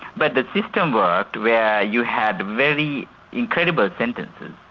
but the system worked where you had very incredible sentences.